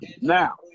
Now